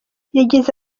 yagize